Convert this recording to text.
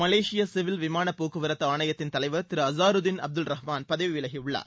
மலேசிய civil விமான போக்குவரத்து ஆணையத்தின் தலைவர் திரு அஸாருதீன் அப்துல் ரஹ்மான் பதவி விலகியுள்ளார்